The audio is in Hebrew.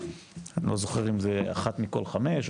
לא זוכר אם זה אחת מכל חמש,